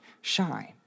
shine